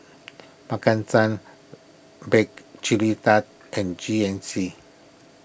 Maki San Bake Chilly Tart and G N C